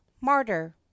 Martyr